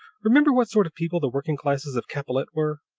remember what sort of people the working classes of capellette were?